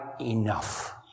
enough